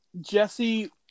Jesse